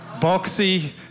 Boxy